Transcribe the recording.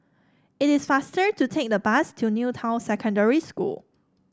it is faster to take the bus to New Town Secondary School